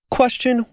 Question